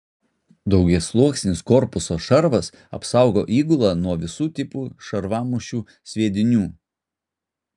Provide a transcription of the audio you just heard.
daugiasluoksnis korpuso šarvas apsaugo įgulą nuo visų tipų šarvamušių sviedinių